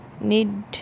need